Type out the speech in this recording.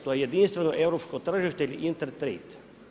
To je jedinstveno europsko tržište ili intertrade.